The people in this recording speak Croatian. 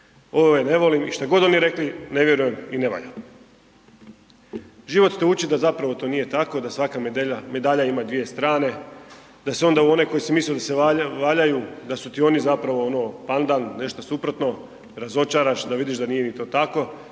ove ne volim i što god oni rekli, ne vjerujem i ne valja. Život te uči da zapravo to nije tako, da svaka medalja ima dvije strane. Da se onda u one koje si mislio da valjaju da su ti oni zapravo ono pandan, nešto suprotno, razočaraš, da vidiš da nije ni to tako